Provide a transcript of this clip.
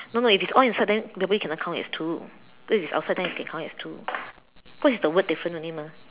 no no if it's all inside then that way cannot count as two cause if it's outside then can count as two cause it's the word difference only mah